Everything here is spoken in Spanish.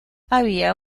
había